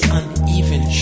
uneven